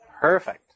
Perfect